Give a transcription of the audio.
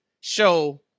show